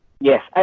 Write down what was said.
Yes